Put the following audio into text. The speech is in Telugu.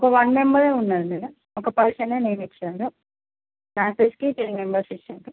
ఒక ఒన్ మెంబరే ఉన్నారు మేడం ఒక పర్సనే నేమ్ ఇచ్చిండు డాన్సస్కి త్రీ మెంబర్స్కి ఇచ్చారు